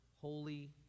holy